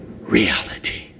reality